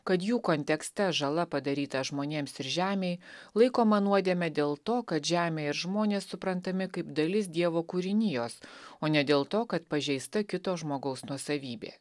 kad jų kontekste žala padaryta žmonėms ir žemei laikoma nuodėme dėl to kad žemė ir žmonės suprantami kaip dalis dievo kūrinijos o ne dėl to kad pažeista kito žmogaus nuosavybė